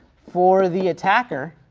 for the attacker